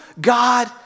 God